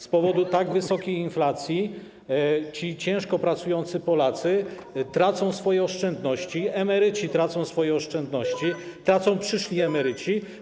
Z powodu tak wysokiej inflacji ci ciężko pracujący Polacy tracą swoje oszczędności, emeryci tracą swoje oszczędności, tracą też przyszli emeryci.